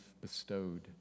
bestowed